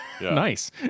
nice